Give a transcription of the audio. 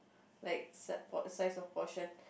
like size size of portion